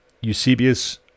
Eusebius